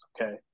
okay